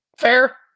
fair